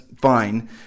fine